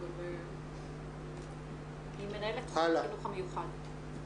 מנהלת בחינוך המיוחד.